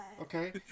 Okay